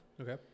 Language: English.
Okay